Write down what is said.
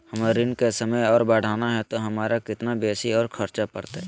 हमर ऋण के समय और बढ़ाना है तो हमरा कितना बेसी और खर्चा बड़तैय?